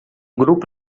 grupo